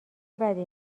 بدی